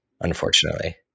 unfortunately